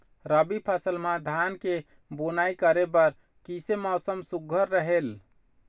रबी फसल म धान के बुनई करे बर किसे मौसम सुघ्घर रहेल?